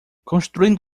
construindo